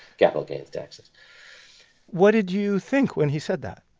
capital gains taxes what did you think when he said that?